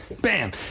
bam